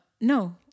No